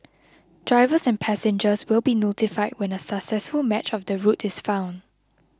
drivers and passengers will be notified when a successful match of the route is found